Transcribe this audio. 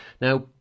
now